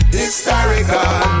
historical